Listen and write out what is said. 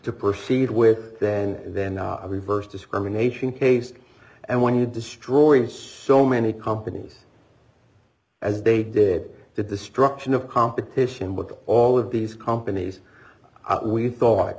to proceed with then then the reverse discrimination case and when you destroy each so many companies as they did the destruction of competition with all of these companies we thought